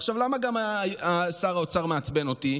עכשיו, למה גם שר האוצר מעצבן אותי?